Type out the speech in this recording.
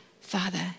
Father